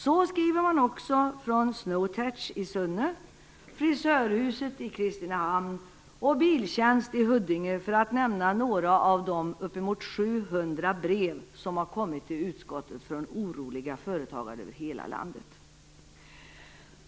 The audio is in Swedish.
Så skriver man också från Snowtech i Sunne, från Frisörhuset i Kristinehamn och från Biltjänst i Huddinge, för att nämna några av de uppemot 700 brev som har kommit till utskottet från oroliga företagare över hela landet.